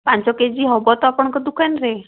ପାଞ୍ଚ K G ହେବ ତ ଆପଣଙ୍କ ଦୋକାନରେ